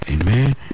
Amen